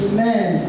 Amen